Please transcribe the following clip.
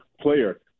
player